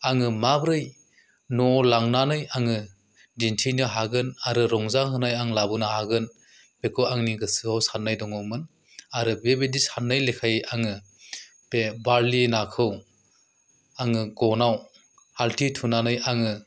आङो माब्रै न'आव लांनानै आङो दिनथिहैनो हागोन आरो रंजाहोनाय आं लाबोनो हागोन बेखौ आंनि गोसोयाव सान्नाय दङमोन आरो बेबादि सान्नाय लेखायै आङो बे बारलि नाखौ आङो गनाव हालथि थुनानै आङो